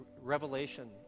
revelation